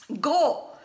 Go